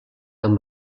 amb